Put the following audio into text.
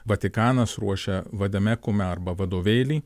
vatikanas ruošia vadame kume arba vadovėlį